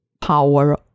power